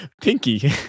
Pinky